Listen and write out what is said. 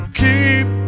keep